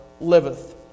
liveth